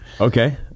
Okay